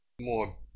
more